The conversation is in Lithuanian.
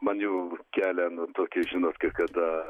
man jau kelia nu tokį žinot kai kada